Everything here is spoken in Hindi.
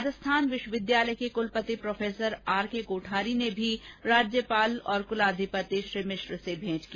राजस्थान विश्वविद्यालय के कुलपति प्रो आरके कोठारी ने भी राज्यपाल और कुलाधिपति श्री मिश्र से भेंट की